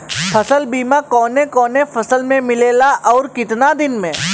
फ़सल बीमा कवने कवने फसल में मिलेला अउर कितना दिन में?